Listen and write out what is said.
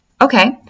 okay